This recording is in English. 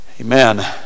amen